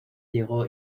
llegó